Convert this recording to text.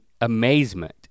amazement